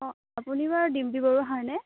অ আপুনি বাৰু ডিম্পী বৰুৱা হয়নে